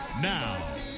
Now